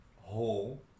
whole